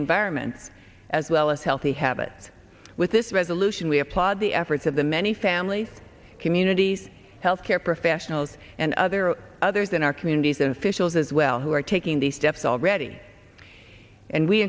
environment as well as healthy habits with this resolution we applaud the efforts of the many families communities health care professionals and other others in our communities and officials as well who are taking the steps already and we